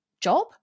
job